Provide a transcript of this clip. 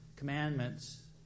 Commandments